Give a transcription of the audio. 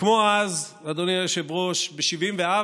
וכמו אז, אדוני היושב-ראש, ב-1974